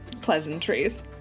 pleasantries